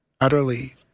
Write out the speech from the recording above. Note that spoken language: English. utterly